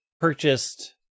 purchased